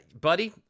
buddy